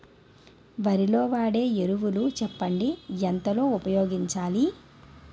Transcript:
వరిలో వాడే ఎరువులు చెప్పండి? ఎంత లో ఉపయోగించాలీ?